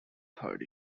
third